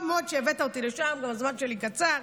טוב מאוד שהבאת אותי לשם, והזמן שלי קצר,